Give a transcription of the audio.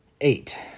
Eight